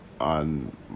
on